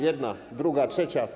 Jedna, druga, trzecia.